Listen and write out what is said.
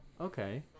Okay